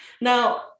now